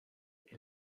est